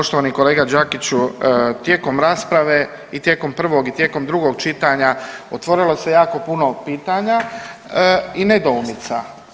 Poštovani kolega Đakiću, tijekom rasprave i tijekom prvog i tijekom drugog čitanja otvorilo se jako puno pitanja i nedoumica.